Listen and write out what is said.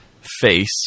face